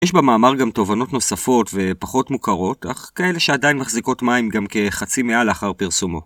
יש במאמר גם תובנות נוספות ופחות מוכרות, אך כאלה שעדיין מחזיקות מים גם כחצי מאה לאחר פרסומו.